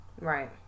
right